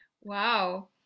Wow